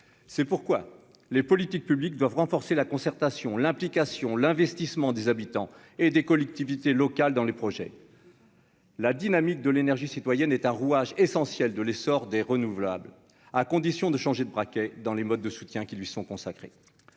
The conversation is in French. c'est pourquoi les politiques publiques doivent renforcer la concertation l'implication, l'investissement des habitants et des collectivités locales dans les projets. La dynamique de l'énergie citoyenne rouage essentiel de l'essor des renouvelables à condition de changer de braquet dans les modes de soutien qui lui sont consacrés,